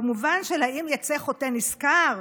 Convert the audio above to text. במובן של: האם יצא חוטא נשכר,